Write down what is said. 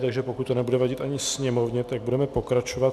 Takže pokud to nebude vadit ani sněmovně, tak budeme pokračovat.